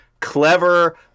clever